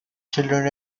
children